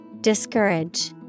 Discourage